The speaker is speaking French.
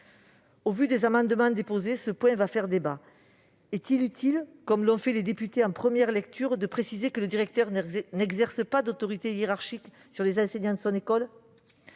Au vu des amendements déposés, ce point va faire débat. Est-il utile, comme l'ont fait les députés en première lecture, de préciser que le directeur n'exerce pas d'autorité hiérarchique sur les enseignants de son école ?